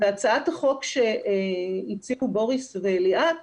והצעת החוק שהציגו בוריס וליאת